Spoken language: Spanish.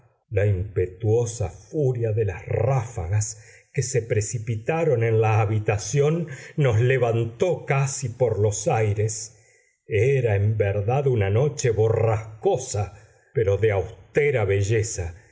la impetuosa furia de las ráfagas que se precipitaron en la habitación nos levantó casi por los aires era en verdad una noche borrascosa pero de austera belleza